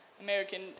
American